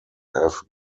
have